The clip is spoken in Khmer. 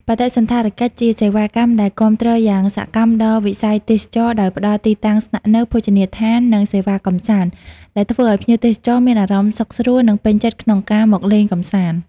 បដិសណ្ឋារកិច្ច ជាសេវាកម្មដែលគាំទ្រយ៉ាងសកម្មដល់វិស័យទេសចរណ៍ ដោយផ្តល់ទីតាំងស្នាក់នៅ ភោជនីយដ្ឋាន និងសេវាកម្សាន្ត ដែលធ្វើឲ្យភ្ញៀវទេសចរមានអារម្មណ៍សុខស្រួល និងពេញចិត្តក្នុងការមកលេងកម្សាន្ត។